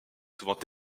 toujours